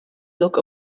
look